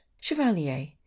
chevalier